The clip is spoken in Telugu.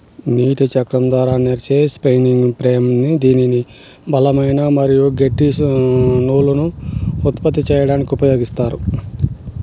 నీటి చక్రం ద్వారా నడిచే స్పిన్నింగ్ ఫ్రేమ్ దీనిని బలమైన మరియు గట్టి నూలును ఉత్పత్తి చేయడానికి ఉపయోగిత్తారు